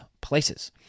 places